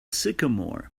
sycamore